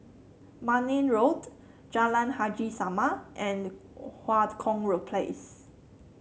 Marne Road Jalan Haji Salam and the Kong Road Place